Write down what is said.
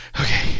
Okay